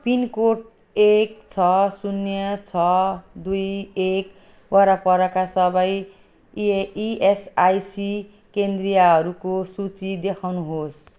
pin code एक छ शून्य छ दुई एक वरपरका सबै इए इएसआइसी केन्द्रहरूको सूची देखाउनुहोस्